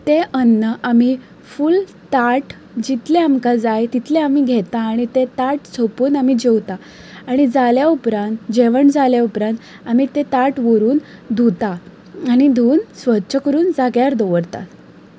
तें अन्न आमी फुल ताट जितलें आमकां जाय तितलें आमी घेता आनी तें ताट सोंपून आमी जेवता आनी जाल्या उपरांत जेवण जाल्या उपरांत आमी तें ताट व्हरून धुतात आनी धुवन स्वच्छ करून जाग्यार दवरतात